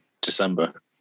December